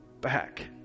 back